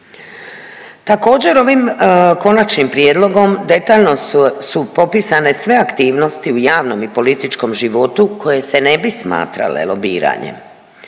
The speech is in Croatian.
Također, ovim konačnim prijedlogom detaljno su popisane sve aktivnosti u javnom i političkom životu koje se ne bi smatrale lobiranjem,